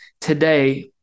today